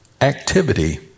activity